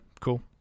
cool